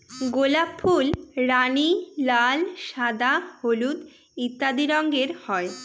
গোলাপ ফুলের রানী, লাল, সাদা, হলুদ ইত্যাদি রঙের হয়